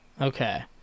Okay